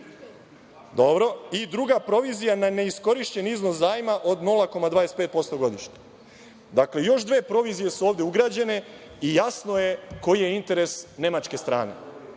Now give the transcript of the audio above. evra. I druga provizija na neiskorišćen iznos zajma od 0,25% godišnje. Dakle, još dve provizije su ovde ugrađene i jasno je koji je interes nemačke strane. Sada